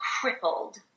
crippled